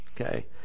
okay